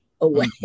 away